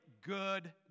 good